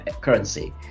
currency